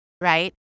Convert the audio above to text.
right